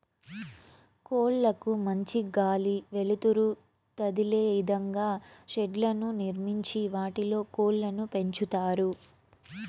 కోళ్ళ కు మంచి గాలి, వెలుతురు తదిలే ఇదంగా షెడ్లను నిర్మించి వాటిలో కోళ్ళను పెంచుతారు